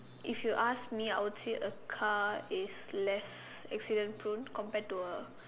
if you ask me I would say a car is less accident prone compared to a